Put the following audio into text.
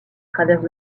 travers